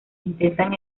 intentan